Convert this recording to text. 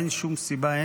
אין שום סיבה,